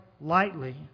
lightly